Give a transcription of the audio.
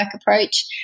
approach